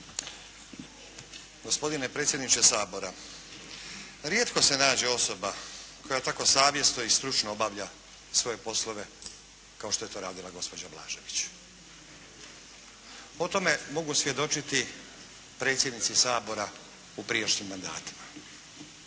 Gospodine predsjedniče Sabora! Rijetko se nađe osoba koja tako savjesno i stručno obavlja svoje poslove kao što je to radila gospođa Blažević. O tome mogu svjedočiti predsjednici Sabora u prijašnjim mandatima.